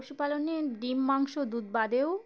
পশুপালনে ডিম মাংস দুধ বাদেও